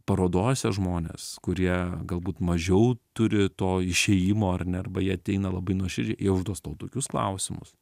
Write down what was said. parodose žmonės kurie galbūt mažiau turi to išėjimo ar ne arba jie ateina labai nuoširdžiai jie užduos tau tokius klausimus